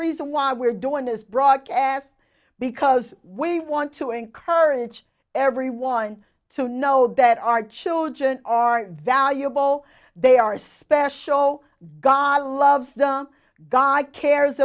reason why we're doing this broadcast because we want to encourage everyone to know that our children are valuable they are special god loves the guy cares